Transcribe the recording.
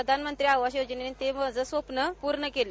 प्रधानमंत्री आवास योजनेनं माझं स्वप्न पूर्ण केलं